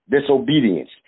disobedience